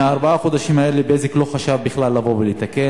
בארבעה חודשים אלה "בזק" לא חשב בכלל לבוא ולתקן.